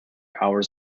hours